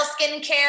skincare